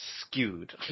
skewed